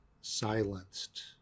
silenced